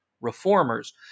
reformers